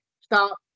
stop